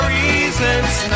reasons